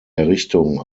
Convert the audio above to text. errichtung